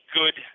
good